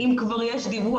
אם כבר יש דיווח,